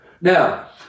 Now